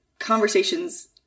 conversation's